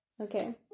okay